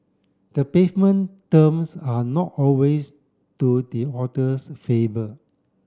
the pavement terms are not always to the author's favour